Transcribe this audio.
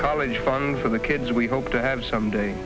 college fund for the kids we hope to have someday